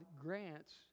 grants